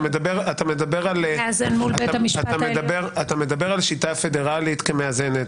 אתה מדבר על שיטה פדרלית כמאזנת,